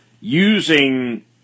using